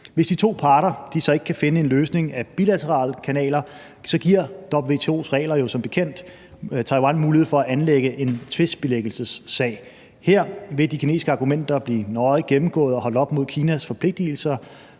Hvis de to parter så ikke kan finde en løsning ad bilaterale kanaler, giver WTO's regler jo som bekendt Taiwan mulighed for at anlægge en tvistbilæggelsessag. Her vil de kinesiske argumenter blive nøje gennemgået og holdt op imod Kinas forpligtigelser